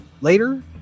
later